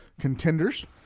contenders